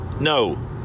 no